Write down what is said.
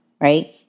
Right